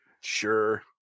Sure